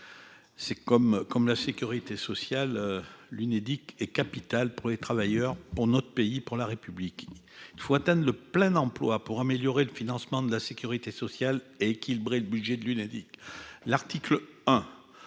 Comme la sécurité sociale, l'Unédic est capitale pour les travailleurs, pour notre pays, pour la République ! Il nous faut atteindre le plein emploi pour améliorer le financement de la sécurité sociale et équilibrer le budget de l'Unédic. Aux termes